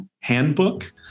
handbook